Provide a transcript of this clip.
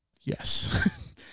Yes